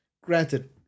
Granted